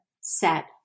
set